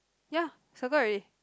ya circle already